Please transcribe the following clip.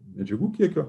medžiagų kiekio